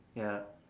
ya